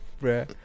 bro